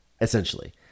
essentially